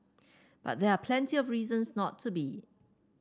but there are plenty of reasons not to be